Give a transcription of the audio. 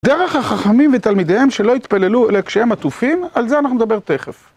דרך החכמים ותלמידיהם שלא התפללו לכשהם עטופים, על זה אנחנו נדבר תיכף.